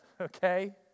okay